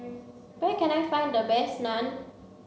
where can I find the best Naan